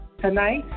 Tonight